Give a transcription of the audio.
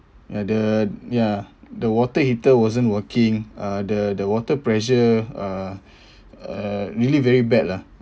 ya the ya the water heater wasn't working uh the the water pressure uh uh really very bad lah